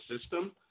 system